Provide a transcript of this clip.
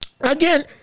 again